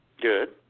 Good